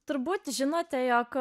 turbūt žinote jog